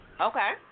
Okay